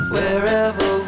Wherever